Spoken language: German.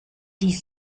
die